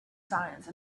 science